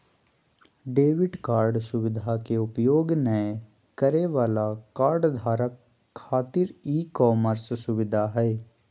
debit card सुवधा के उपयोग नय करे वाला कार्डधारक खातिर ई कॉमर्स सुविधा हइ